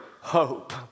hope